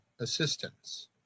assistance